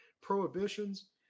prohibitions